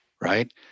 right